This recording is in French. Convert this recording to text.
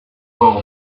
borde